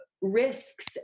risks